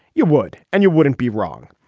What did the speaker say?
you would and you wouldn't be wrong.